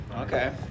Okay